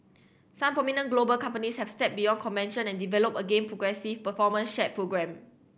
some prominent global companies have stepped beyond convention and developed again progressive performance share programme